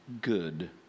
good